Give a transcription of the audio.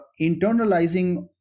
internalizing